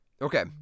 Okay